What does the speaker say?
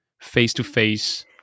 face-to-face